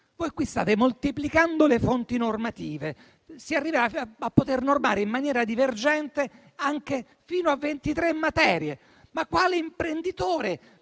Voi qui state moltiplicando le fonti normative. Si arriverà a poter normare in maniera divergente anche fino a ventitré materie. Ma quale imprenditore